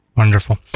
Wonderful